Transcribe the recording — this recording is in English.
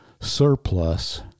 surplus